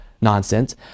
nonsense